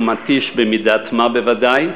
ומתיש במידת מה, בוודאי,